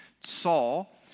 Saul